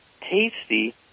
tasty